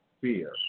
fear